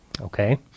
Okay